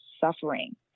suffering